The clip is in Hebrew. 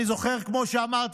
כמו שאמרתי,